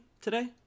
today